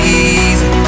easy